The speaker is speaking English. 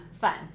Fun